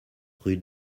rue